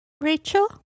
Rachel